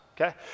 okay